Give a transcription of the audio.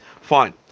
fine